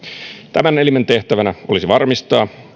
tämän elimen tehtävänä olisi varmistaa